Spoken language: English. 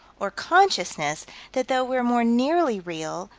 or consciousness that though we're more nearly real,